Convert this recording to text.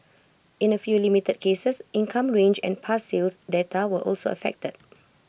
in A few limited cases income range and past sales data were also affected